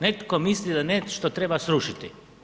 Netko misli da nešto treba srušiti.